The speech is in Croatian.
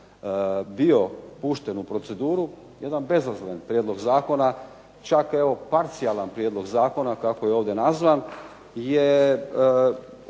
bio pušten u proceduru, jedan bezazlen prijedlog zakona, čak evo parcijalan prijedlog zakona kako je ovdje nazvan je